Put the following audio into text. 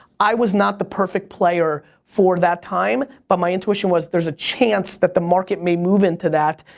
i was not the perfect player for that time. but my intuition was, there's a chance that the market may move into that,